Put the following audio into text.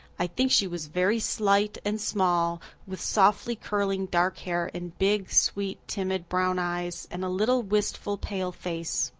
i think she was very slight and small, with softly curling dark hair and big, sweet, timid brown eyes, and a little wistful, pale face.